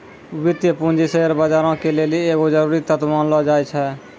वित्तीय पूंजी शेयर बजारो के लेली एगो जरुरी तत्व मानलो जाय छै